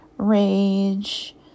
rage